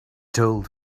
told